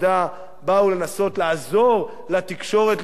באו לנסות לעזור לתקשורת לשמור,